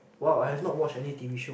!wow! I have not watch any t_v show